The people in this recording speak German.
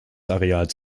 areals